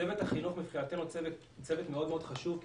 צוות החינוך מבחינתנו הוא צוות מאוד מאוד חשוב כי